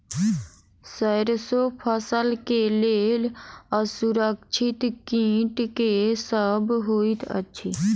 सैरसो फसल केँ लेल असुरक्षित कीट केँ सब होइत अछि?